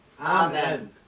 Amen